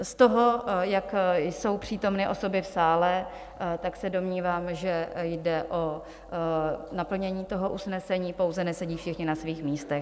Z toho, jak jsou přítomny osoby v sále, se domnívám, že jde o naplnění toho usnesení, pouze nesedí všichni na svých místech.